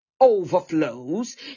overflows